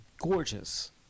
gorgeous